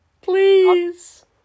Please